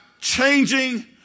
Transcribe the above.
changing